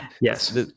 Yes